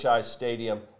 Stadium